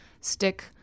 stick